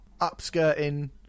Upskirting